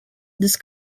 this